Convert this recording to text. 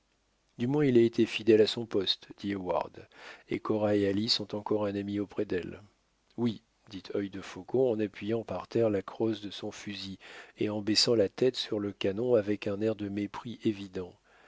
du moins il a été fidèle à son poste dit heyward et cora et alice ont encore un ami auprès d'elles oui dit œil de faucon en appuyant par terre la crosse de son fusil et en baissant la tête sur le canon avec un air de mépris évident